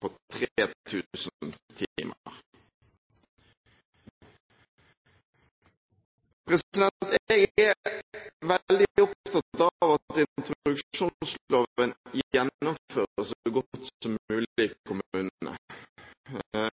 på 3 000 timer. Jeg er veldig opptatt av at introduksjonsloven gjennomføres så godt som mulig i kommunene.